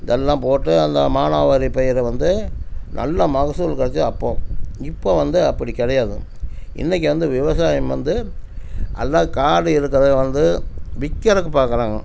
இதெல்லாம் போட்டு அந்த மானாவாரி பயிரை வந்து நல்லா மகசூல் கிடைச்சிச்சு அப்போது இப்போது வந்து அப்படி கிடையாது இன்றைக்கி வந்து விவசாயம் வந்து எல்லா காடு இருக்கிறவன் வந்து விற்கிறதுக்கு பார்க்குறாங்க